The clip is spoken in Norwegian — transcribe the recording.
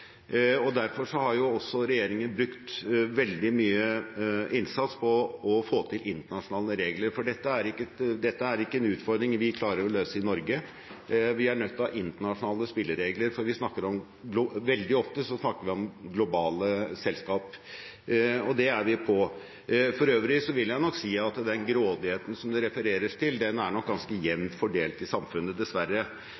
kjempeutfordring. Derfor har også regjeringen gjort veldig mye innsats på å få til internasjonale regler, for dette er ikke en utfordring vi klarer å løse i Norge. Vi er nødt til å ha internasjonale spilleregler, for veldig ofte snakker vi om globale selskaper. Og det er vi på. For øvrig vil jeg nok si at den grådigheten som det refereres til, er nok ganske